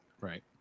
right